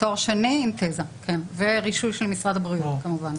תואר שני עם תזה, עם רישוי של משרד הבריאות כמובן.